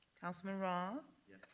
councilman roth. yes.